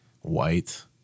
White